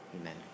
Amen